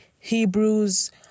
Hebrews